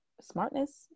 smartness